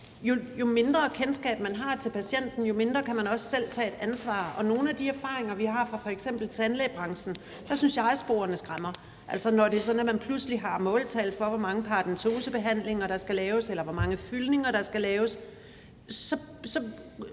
jo mindre kendskab man har til patienten, jo mindre kan man også selv tage et ansvar, og jeg synes, at sporene skræmmer med nogle af de erfaringer, vi har fra f.eks. tandlægebranchen. Når det er sådan, at man pludselig har måltal for, hvor mange paradentosebehandlinger der skal laves, eller hvor mange fyldninger der skal laves, så